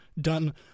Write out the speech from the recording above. done